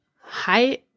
Hi